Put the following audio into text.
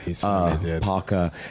Parker